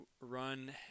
run